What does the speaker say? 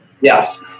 yes